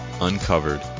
Uncovered